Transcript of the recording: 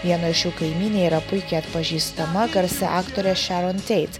vieno iš jų kaimynė yra puikiai atpažįstama garsi aktorė šeron teit